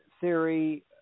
theory